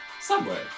Subway